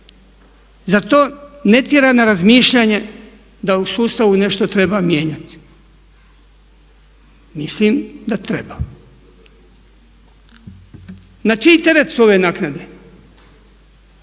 Zar to ne tjera na razmišljanje da u sustavu nešto treba mijenjati? Mislim da treba. Na čiji teret su ove naknade?